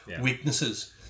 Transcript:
weaknesses